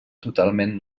totalment